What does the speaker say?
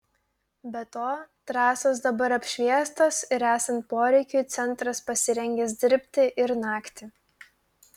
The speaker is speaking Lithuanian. be to trasos dabar apšviestos ir esant poreikiui centras pasirengęs dirbti ir naktį